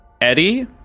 Eddie